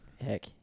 heck